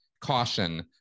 caution